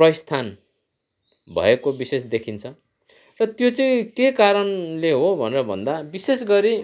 प्रस्थान भएको विशेष देखिन्छ र त्यो चाहिँ के कारणले हो भनेर भन्दा विशेष गरी